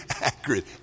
accurate